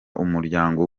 umuryango